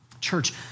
Church